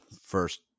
first